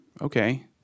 Okay